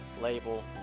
label